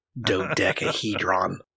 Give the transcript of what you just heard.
Dodecahedron